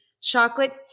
chocolate